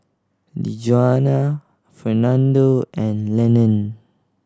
Djuana Fernando and Lenon